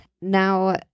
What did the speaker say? now